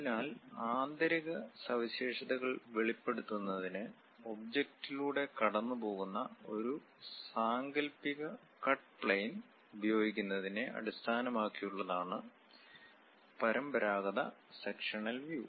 അതിനാൽ ആന്തരിക സവിശേഷതകൾ വെളിപ്പെടുത്തുന്നതിന് ഒബ്ജക്റ്റിലൂടെ കടന്നുപോകുന്ന ഒരു സാങ്കൽപ്പിക കട്ട് പ്ലെയിൻ ഉപയോഗിക്കുന്നതിനെ അടിസ്ഥാനമാക്കിയുള്ളതാണ് പരമ്പരാഗത സെക്ഷനൽ വ്യൂ